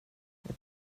det